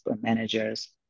managers